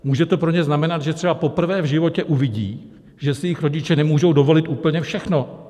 Může to pro ně znamenat, že třeba poprvé v životě uvidí, že si jejich rodiče nemůžou dovolit úplně všechno!